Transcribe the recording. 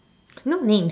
no names